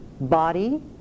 Body